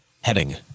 Heading